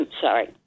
Sorry